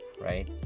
right